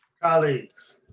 colleagues